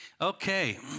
okay